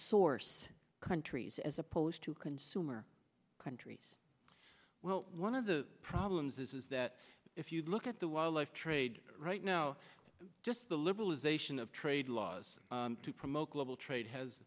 source countries as opposed to consumer countries well one of the problems is is that if you look at the wildlife trade right now just the liberalization of trade laws to promote global trade has